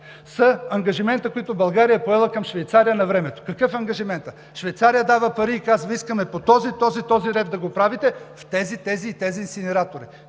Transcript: са ангажимент, който България навремето е поела към Швейцария. Какъв е ангажиментът? Швейцария дава пари и казва: „Искаме по този, този и този ред да го правите в тези, тези и тези инсинератори.“